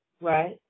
Right